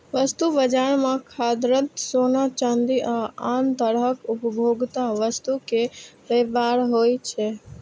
वस्तु बाजार मे खाद्यान्न, सोना, चांदी आ आन तरहक उपभोक्ता वस्तुक व्यापार होइ छै